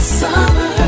summer